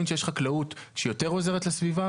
שיש חקלאות שהיא יותר עוזרת לסביבה,